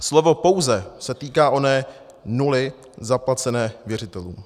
Slovo pouze se týká oné nuly zaplacené věřitelům.